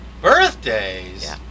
Birthdays